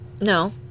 No